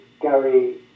Gary